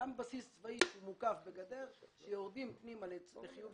גם בסיס צבאי שמוקף בגדר, כשיורדים